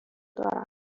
دارم